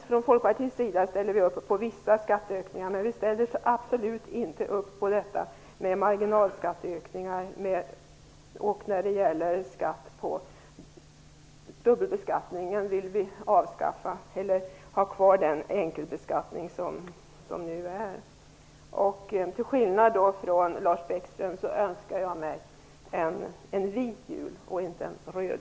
Från Folkpartiets sida ställer vi upp på vissa skatteökningar, men vi ställer absolut inte upp på marginalskatteökningar, och vi vill att den föreslagna dubbelbeskattningen avskaffas eller att den enkelbeskattning som nu gäller behålls. Till skillnad från Lars Bäckström önskar jag mig en vit jul och inte en röd.